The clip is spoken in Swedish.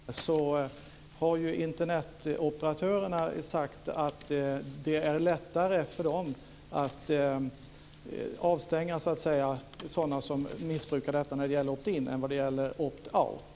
Fru talman! När det gäller opt in-lösningar har Internetoperatörerna sagt att det är lättare för dem att avstänga människor som missbrukar detta när det gäller opt in än när det gäller opt out.